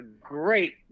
great